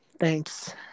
Thanks